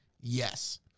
yes